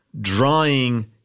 drawing